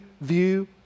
view